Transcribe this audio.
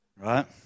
right